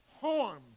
harm